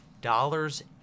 dollars